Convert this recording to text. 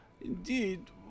Indeed